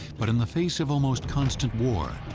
but, in the face of almost constant war,